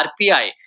RPI